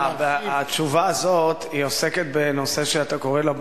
התשובה הזאת עוסקת בנושא שאתה קורא לו בוררות.